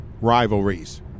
rivalries